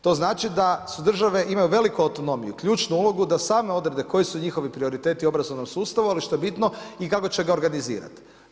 To znači da države imaju velike autonomiju i ključnu ulogu da same odobre koje su njihovi prioriteti obrazovnog sustava, ali što je bitno i kako će ga organizirati.